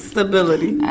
Stability